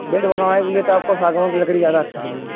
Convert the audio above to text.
bed बनवाने के लिए तो आपको सागवान की लकड़ी ज्यादा अच्छा बनेगा